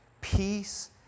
Peace